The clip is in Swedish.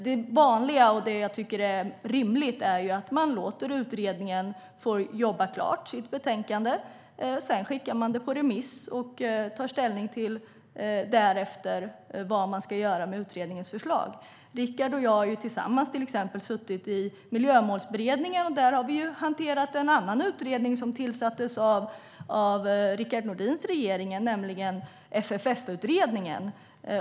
Det vanliga och det jag tycker är rimligt är att man låter utredningen jobba klart med sitt förslag. Sedan skickar man det på remiss, och därefter tar man ställning till vad man ska göra med utredningens förslag. Rickard och jag har tillsammans suttit i Miljömålsberedningen. Där har vi hanterat en annan utredning, som tillsattes av Rickard Nordins regering, nämligen FFF-utredningen.